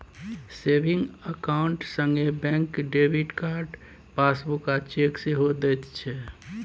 saving account संगे bank debit card, passbook आ cheque सेहो दैत छै